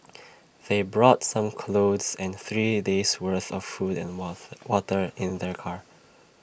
they brought some clothes and three A days' worth of food and water in their car